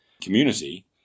community